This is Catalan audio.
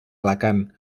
alacant